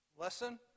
Lesson